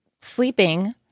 sleeping